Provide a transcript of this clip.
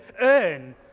earn